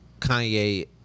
Kanye